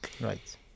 Right